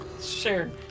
Sure